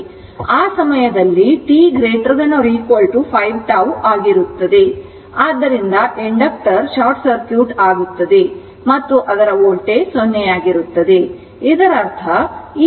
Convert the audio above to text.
ಆದ್ದರಿಂದ ಆ ಸಮಯದಲ್ಲಿ t 5τ ಆಗಿರುತ್ತದೆ ಆದ್ದರಿಂದ ಇಂಡಕ್ಟರ್ ಶಾರ್ಟ್ ಸರ್ಕ್ಯೂಟ್ ಆಗುತ್ತದೆ ಮತ್ತು ಅದರ ವೋಲ್ಟೇಜ್ 0 ಆಗಿರುತ್ತದೆ